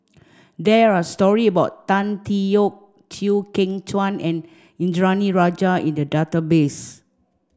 there are story about Tan Tee Yoke Chew Kheng Chuan and Indranee Rajah in the database